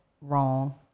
wrong